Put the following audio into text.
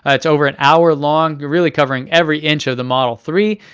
ah it's over an hour long, really covering every inch of the model three.